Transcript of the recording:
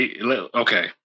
Okay